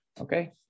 Okay